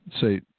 say